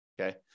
okay